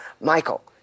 Michael